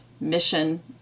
mission